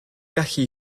gallu